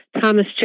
Thomas